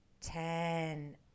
ten